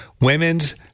Women's